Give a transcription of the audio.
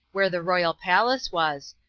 where the royal palace was,